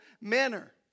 manner